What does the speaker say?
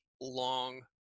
long